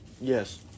yes